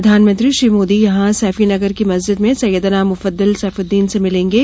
प्रधानमंत्री श्री मोदी यहां सैफी नगर की मस्जिद में सैयदना मुफद्दल सैफ़द्दीन से मिलेंगे